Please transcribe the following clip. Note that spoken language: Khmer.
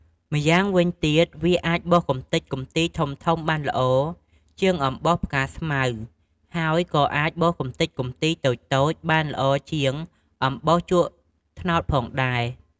ម៉្យាងវិញទៀតវាអាចបោសកម្ទេចកំទីធំៗបានល្អ ជាងអំបោសផ្កាស្មៅ ហើយក៏អាចបោសកម្ទេចកំទីតូចៗបានល្អជាងអំបោសជក់ត្នោតផងដែរ។